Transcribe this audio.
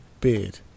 Beard